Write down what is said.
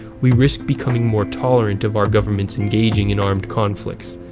we risk becoming more tolerant of our governments engaging in armed conflicts.